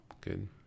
Good